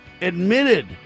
admitted